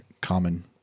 common